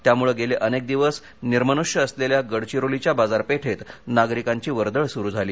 त्यामुळे गेले अनेक दिवस निर्मनुष्य् असलेल्या गडचिरोलीच्या बाजारपेठेत नागरिकांची वर्दळ सुरू झाली